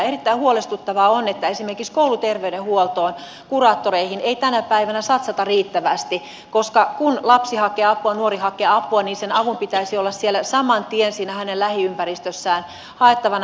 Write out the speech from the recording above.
erittäin huolestuttavaa on että esimerkiksi kouluterveydenhuoltoon kuraattoreihin ei tänä päivänä satsata riittävästi koska kun lapsi hakee apua nuori hakee apua niin sen avun pitäisi olla saman tien siinä hänen lähiympäristössään haettavana